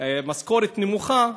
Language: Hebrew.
משכורת נמוכה,